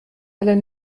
alle